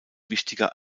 wichtiger